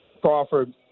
Crawford